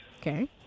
Okay